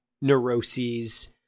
Neuroses